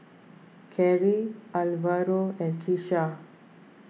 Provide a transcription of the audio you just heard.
Cary Alvaro and Kisha